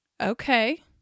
Okay